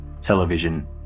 television